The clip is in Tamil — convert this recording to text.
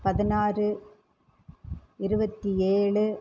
பதினாறு இருபத்தி ஏழு